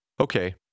okay